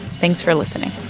thanks for listening